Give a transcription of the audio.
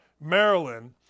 Maryland